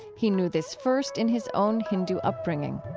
he knew this first in his own hindu upbringing